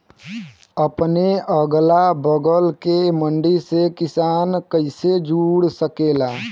अपने अगला बगल के मंडी से किसान कइसे जुड़ सकेला?